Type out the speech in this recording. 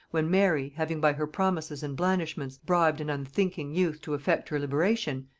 when mary, having by her promises and blandishments bribed an unthinking youth to effect her liberation,